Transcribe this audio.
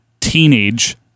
Teenage